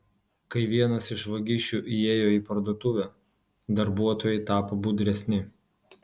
kai vienas iš vagišių įėjo į parduotuvę darbuotojai tapo budresni